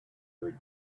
very